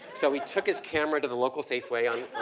so he took his camera to the local safeway on,